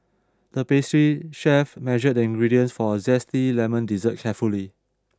the pastry chef measured the ingredients for a Zesty Lemon Dessert carefully